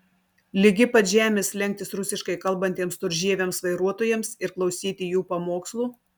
ligi pat žemės lenktis rusiškai kalbantiems storžieviams vairuotojams ir klausyti jų pamokslų